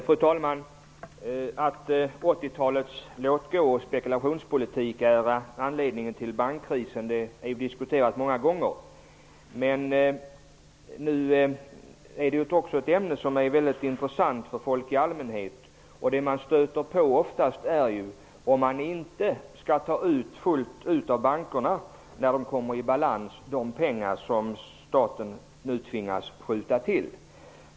Fru talman! Att 80-talets låt-gå-spekulationspolitik är anledningen till bankkrisen har vi diskuterat många gånger. Det är också ett ämne som är väldigt intressant för folk i allmänhet. Den fråga som oftast ställs är om man inte skall ta fullt ut av bankerna, när de kommer i balans, de pengar som staten nu tvingas att skjuta till.